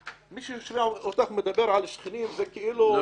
מי שישמע אותך מדברת על שכנים זה כאילו שאת נולדת פה לפני ימים ימימה,